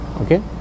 Okay